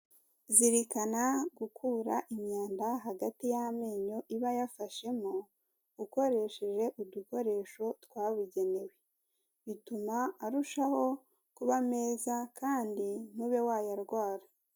Zirikana gukura imyanda hagati y'amenyo iba yafashemo ukoresheje udukoresho twabugenewe, bituma arushaho kuba meza kandi ntube wayarwara.